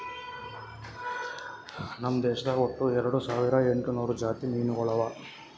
ನಮ್ ದೇಶದಾಗ್ ಒಟ್ಟ ಎರಡು ಸಾವಿರ ಎಂಟು ನೂರು ಜಾತಿ ಮೀನುಗೊಳ್ ಅವಾ